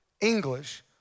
English